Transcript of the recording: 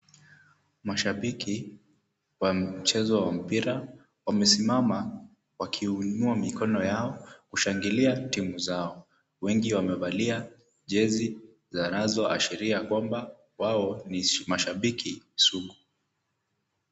Mashabiki wa mchezo wa mpira, wamesimama wakiuinua mikono yao kushangilia timu zao, wengi wamevalia jezi zanazoashiria kwamba wao ni mashabiki sugu.